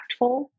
impactful